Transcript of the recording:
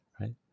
right